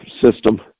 system